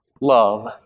Love